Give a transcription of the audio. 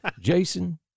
Jason